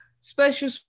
special